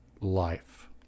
life